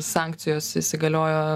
sankcijos įsigaliojo